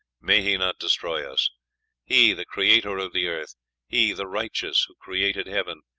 may he not destroy us he, the creator of the earth he, the righteous, who created heaven.